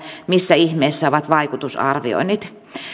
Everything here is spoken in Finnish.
missä ihmeessä ovat vaikutusarvioinnit